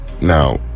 Now